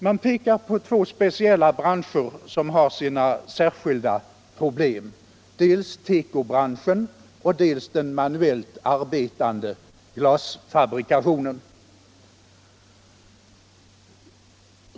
Man pekar på två speciella branscher som har sina särskilda problem: dels tekobranschen, dels den manuellt arbetande glasfabrikationen.